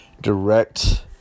direct